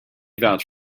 vouch